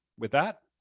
with that,